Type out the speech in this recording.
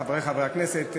חברי חברי הכנסת,